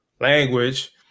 language